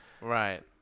Right